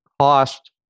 cost